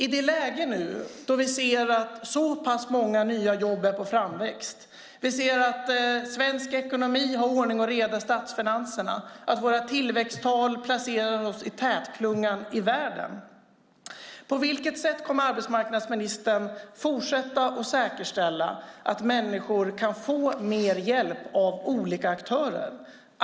I det läge vi har nu, då vi ser att så pass många nya jobb är på framväxt, att vi har ordning och reda i de svenska statsfinanserna och att våra tillväxttal placerar oss i tätklungan i världen, på vilket sätt kommer arbetsmarknadsministern att fortsätta säkerställa att människor kan få mer hjälp av olika aktörer?